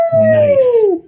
nice